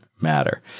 matter